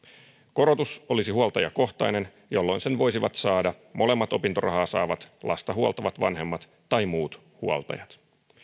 korotus olisi huoltajakohtainen jolloin sen voisivat saada molemmat opintorahaa saavat lasta huoltavat vanhemmat tai muut huoltajat